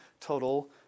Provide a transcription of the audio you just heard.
total